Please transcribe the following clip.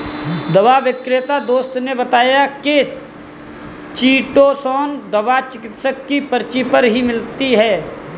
दवा विक्रेता दोस्त ने बताया की चीटोसोंन दवा चिकित्सक की पर्ची पर ही मिलती है